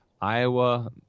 iowa